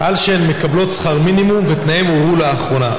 על שהן מקבלות שכר מינימום ותנאיהן הורעו לאחרונה.